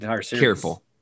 Careful